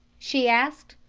she asked.